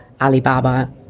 Alibaba